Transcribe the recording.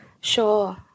Sure